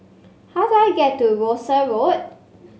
how do I get to Rosyth Road